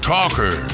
Talker